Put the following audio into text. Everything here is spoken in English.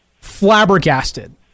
flabbergasted